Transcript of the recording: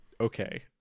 okay